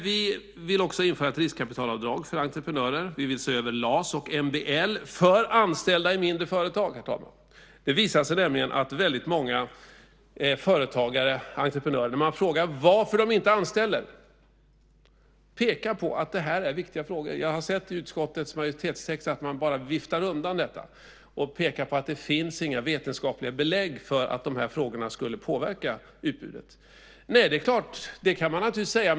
Vi vill också införa ett riskkapitalavdrag för entreprenörer. Vi vill se över LAS och MBL för anställda i mindre företag, herr talman. Det visar sig att när man frågar företagare, entreprenörer, varför de inte anställer pekar de på att det här är viktiga frågor. Jag har sett i utskottets majoritetstext att man bara viftar undan detta och pekar på att det inte finns några vetenskapliga belägg för att frågorna skulle påverka utbudet. Nej, det klart. Det kan man naturligtvis säga.